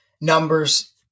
numbers